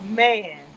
Man